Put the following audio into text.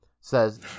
says